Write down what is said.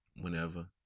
whenever